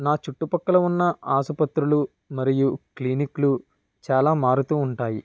నా చుట్టుపక్కల ఉన్న ఆసుపత్రులు మరియు క్లినిక్ లు చాలా మారుతూ ఉంటాయి